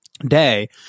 Day